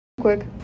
quick